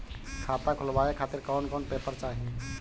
खाता खुलवाए खातिर कौन कौन पेपर चाहीं?